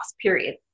Period